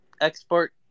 export